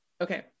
Okay